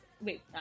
wait